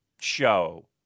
show